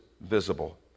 visible